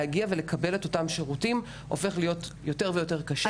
להגיע ולקבל את אותם שירותים הופך להיות יותר ויותר קשה.